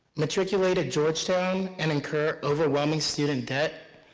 matriculate at georgetown and incur overwhelming student debt,